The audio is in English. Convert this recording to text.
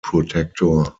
protector